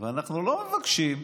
ואנחנו לא מבקשים,